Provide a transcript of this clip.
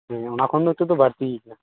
ᱦᱮᱸ ᱚᱱᱟ ᱠᱷᱚᱱ ᱫᱚ ᱱᱤᱛᱚᱜ ᱫᱚ ᱵᱟᱹᱲᱛᱤᱭ ᱠᱟᱱᱟ